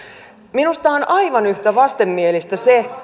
minusta on aivan yhtä vastenmielistä se